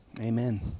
Amen